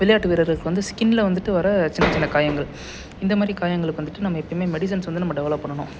விளையாட்டு வீரர்களுக்கு வந்து ஸ்கினில் வந்துட்டு வர சின்ன சின்ன காயங்கள் இந்த மாதிரி காயங்களுக்கு வந்துட்டு நம்ம எப்பயுமே மெடிசன்ஸ் வந்து நம்ம டெவலப் பண்ணணும்